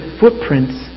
footprints